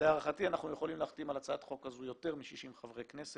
להערכתי אנחנו יכולים להחתים על הצעת החוק הזו יותר מ-60 חברי כנסת.